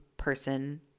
person